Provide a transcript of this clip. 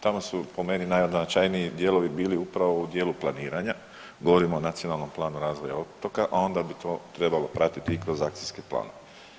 Tamo su po meni najznačajniji dijelovi bili upravo u dijelu planiranja, govorim o Nacionalnom planu razvoja otoka, a onda bi to trebalo pratiti i kroz akcijske planove.